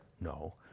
no